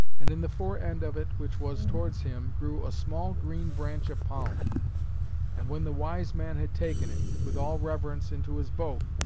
and in the fore-end of it, which was towards him, grew a small green branch of palm and when the wise man had taken it, with all reverence, into his boat,